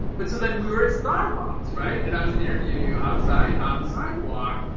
but so then we were at starbucks, right. and i was interviewing you outside on the sidewalk.